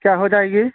کیا ہو جائے گی